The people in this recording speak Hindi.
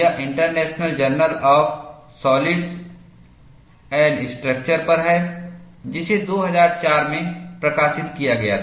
यह international journal of solids and structure पर है जिसे 2004 में प्रकाशित किया गया था